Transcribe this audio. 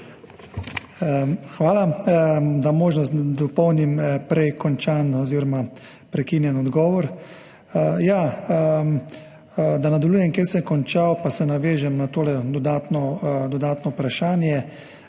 Hvala za možnost, da dopolnim prej končan oziroma prekinjen odgovor. Da nadaljujem, kjer sem končal, pa se navežem na tole dodatno vprašanje.